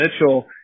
Mitchell